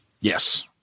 Yes